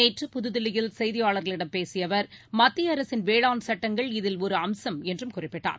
நேற்று புதுதில்லியில் செய்தியாளர்களிடம் பேசியஅவர் மத்தியஅரசின் வேளாண் சட்டங்கள் இதில் ஒருஅம்சம் என்றும் குறிப்பிட்டார்